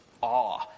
awe